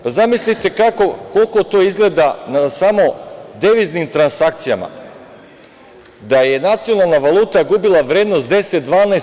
Zamislite kako to izgleda samo deviznim transakcijama, da je nacionalna valuta gubila vrednost 10%, 12%